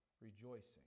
rejoicing